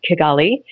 Kigali